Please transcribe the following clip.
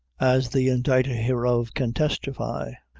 as the inditer hereof can testify,